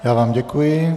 Já vám děkuji.